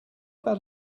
about